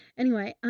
anyway,